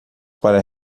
para